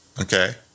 Okay